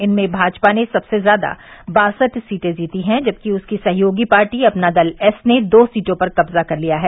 इनमें भाजपा ने सबसे ज़्यादा बासठ सीटें जीती हैं जबकि उसकी सहयोगी पार्टी अपना दल एस ने दो सीटों पर कब्ज़ा कर लिया है